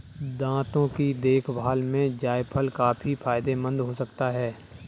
दांतों की देखभाल में जायफल काफी फायदेमंद हो सकता है